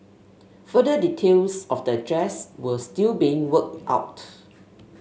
further details of the address were still being worked out